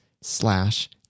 slash